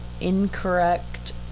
incorrect